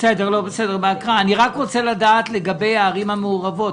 אני רוצה לדעת לגבי הערים המעורבות.